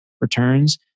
returns